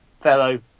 fellow